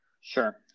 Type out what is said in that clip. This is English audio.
Sure